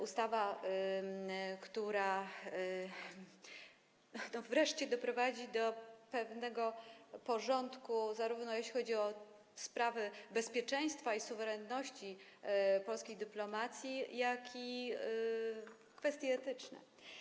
Ustawa, która wreszcie doprowadzi do pewnego porządku, zarówno jeśli chodzi o sprawy bezpieczeństwa i suwerenności polskiej dyplomacji, jak i jeśli chodzi o kwestie etyczne.